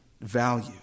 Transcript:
value